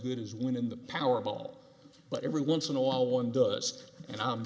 good as win the powerball but every once in a while one does and